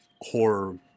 horror